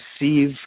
receive